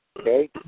okay